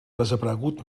desaparegut